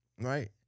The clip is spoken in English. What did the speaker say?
right